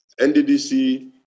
NDDC